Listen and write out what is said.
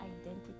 identity